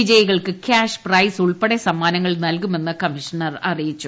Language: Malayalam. വിജയികൾക്ക് കൃാഷ് പ്രൈസ് ഉൾപ്പെടെ സമ്മാനങ്ങൾ നല്കുമെന്ന് കമ്മീഷണർ അറിയിച്ചു